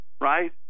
right